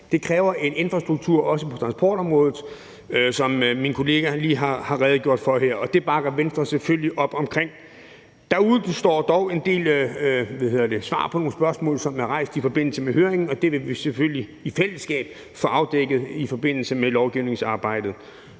Det kræver en infrastruktur også på transportområdet, som min kollega lige har redegjort for her. Og det bakker Venstre selvfølgelig op om. Der udestår dog en del svar på spørgsmål, som er rejst i forbindelse med høringen, og det vil vi selvfølgelig i fællesskab få afdækket i forbindelse med lovgivningsarbejdet.